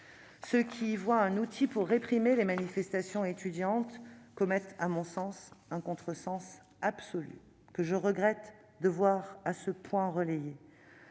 Ceux qui y voient un outil pour réprimer les manifestations étudiantes commettent, selon moi, un contresens absolu, que je regrette de voir à ce point relayé